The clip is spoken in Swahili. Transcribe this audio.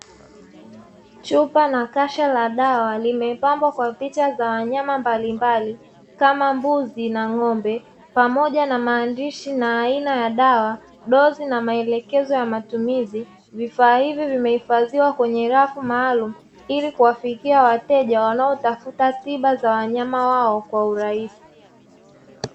Chupa na kasha la dawa limepambwa kwa picha za wanyama mbalimbali kama mbuzi na ng'ombe. Pamoja na maandishi na aina ya dawa, dozi na maelekezo ya matumizi. Vifaa hivi vimeifadhiwa kwenye rafu maalum ili kuwafikia wateja wanaotafuta tiba za wanyama wao kwa urahisi.